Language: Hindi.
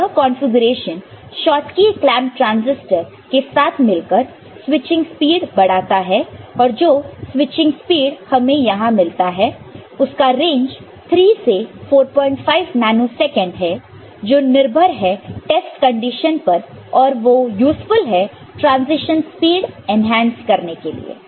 तो यह कॉन्फ़िगरेशन शॉटकी क्लैंप ट्रांजिस्टर के साथ मिलकर स्विचिंग स्पीड बढ़ाता है और जो स्विचिंग स्पीड हमें यहां मिलता है उसका रेंज 3 45 नैनो सेकंड है जो निर्भर है टेस्ट कंडीशन पर और वो यूसफुल है ट्रांसिशन स्पीड एनहांस करने के लिए